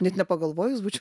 net nepagalvojus būč